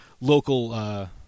local